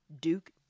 Duke